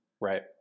Right